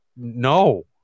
No